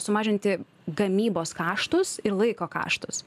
sumažinti gamybos kaštus ir laiko kaštus